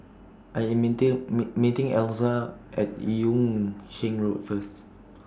I Am meeting meeting Elza At Yung Sheng Road First